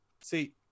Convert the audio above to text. see